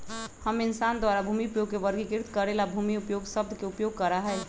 हम इंसान द्वारा भूमि उपयोग के वर्गीकृत करे ला भूमि उपयोग शब्द के उपयोग करा हई